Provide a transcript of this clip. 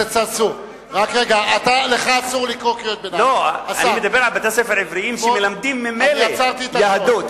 אני מדבר על בתי-ספר עבריים שמלמדים ממילא יהדות,